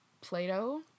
Play-Doh